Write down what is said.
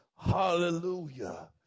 hallelujah